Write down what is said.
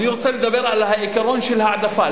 אני רוצה לדבר על העיקרון של ההעדפה,